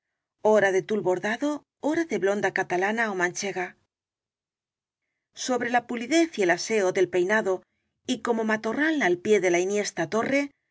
ora de tul bordado ora de blonda catalana ó manchega sobre la pulidez y el aseo del peinado y como matorral al pie de enhiesta torre